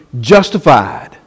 justified